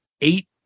eight